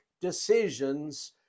decisions